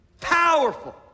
powerful